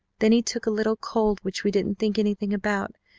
then he took a little cold which we didn't think anything about,